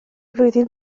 flwyddyn